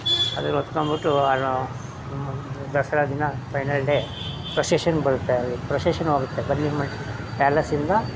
ಅದನ್ನ ಹೊತ್ಕೊಂಡ್ಬಿಟ್ಟು ದಸರಾ ದಿನ final day ಪ್ರೊಸೆಷನ್ಗೆ ಬರುತ್ತೆ ಅಲ್ಲಿ ಪ್ರೊಸೆಷನ್ ಹೋಗುತ್ತೆ ಬನ್ನಿ ಪ್ಯಾಲೇಸಿಂದ